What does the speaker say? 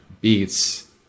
beats